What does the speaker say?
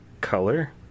color